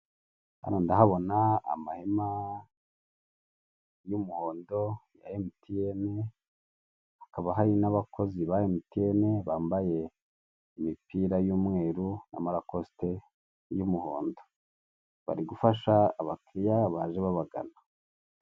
Hano ndahabona amahema y'umuhondo ya emutiyene hakaba hari n'abakozi ba emutiyene bambaye imipira y'umweru amarakosite y'umuhondo bari gufasha abakiliya baje babagana.